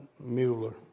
Mueller